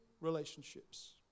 relationships